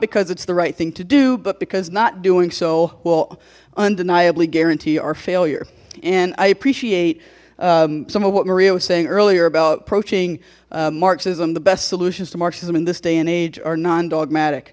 because it's the right thing to do but because not doing so well undeniably guarantee our failure and i appreciate some of what maria was saying earlier about approaching marxism the best solutions to marxism in this day and age are non dogmatic